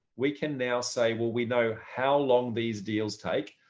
we can now say, well, we know how long these deals take.